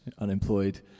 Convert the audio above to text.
unemployed